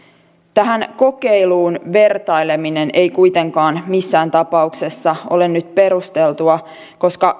tähän kokeiluun vertaileminen ei kuitenkaan missään tapauksessa ole nyt perusteltua koska